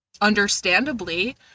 understandably